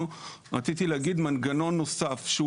רציתי להגיד שאנחנו הפעלנו מנגנון נוסף שהוא